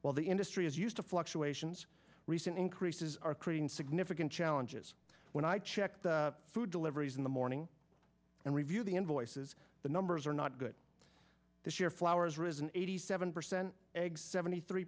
while the industry is used to fluctuations recent increases are creating significant challenges when i check the food deliveries in the morning and review the invoices the numbers are not good this year flowers risen eighty seven percent eggs seventy three